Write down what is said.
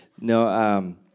No